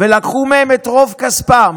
ולקחו מהם את רוב כספם,